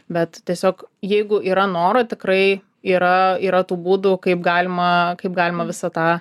bet tiesiog jeigu yra noro tikrai yra yra tų būdų kaip galima kaip galima visą tą